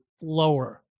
lower